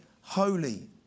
holy